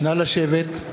נא לשבת.